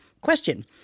Question